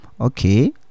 okay